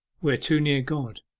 we are too near god